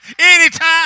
anytime